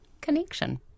connection